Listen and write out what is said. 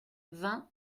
vingt